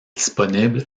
disponible